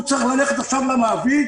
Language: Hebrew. הוא צריך ללכת עכשיו למעביד,